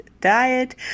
diet